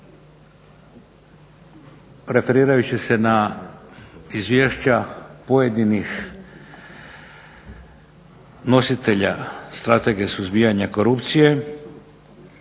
referirajući se na izvješća pojedinih nositelja Strategije suzbijanja korupcije